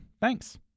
Thanks